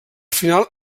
final